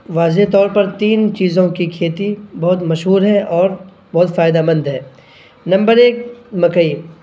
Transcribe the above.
واضح طور پر تین چیزوں کی کھیتی بہت مشہور ہے اور بہت فائدہ مند ہے نمبر ایک مکئی